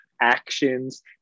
actions